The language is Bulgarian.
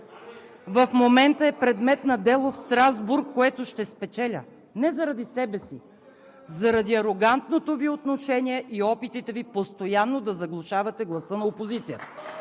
в момента е предмет на дело в Страсбург, което ще спечеля. Не заради себе си, а заради арогантното Ви отношение и опитите Ви постоянно да заглушавате гласа на опозицията.